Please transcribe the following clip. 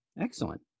Excellent